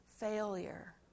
Failure